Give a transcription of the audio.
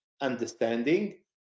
understanding